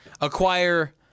acquire